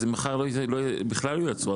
אז מחר בכלל לא ייצרו.